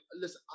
Listen